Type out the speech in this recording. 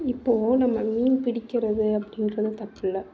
இப்போ நம்ம மீன் பிடிக்கிறது அப்படின்றது தப்பு இல்லை